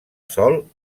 sol